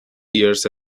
years